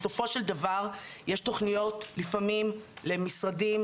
בסופו של דבר יש תוכניות לפעמים למשרדים,